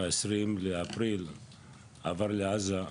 ב-20 באפריל עבר לעזה,